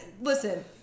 listen